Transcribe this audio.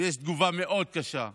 יש תגובה מאוד קשה,